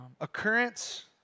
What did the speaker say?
occurrence